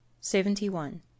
Seventy-one